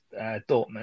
Dortmund